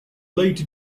late